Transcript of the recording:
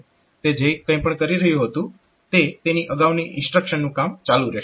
તે જે પણ કરી રહ્યુ હતું તે તેની અગાઉની ઇન્સ્ટ્રક્શનનું કામ ચાલુ રહેશે